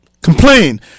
Complain